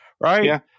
right